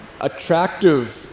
attractive